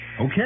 Okay